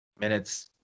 minutes